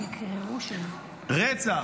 רצח.